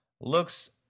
Looks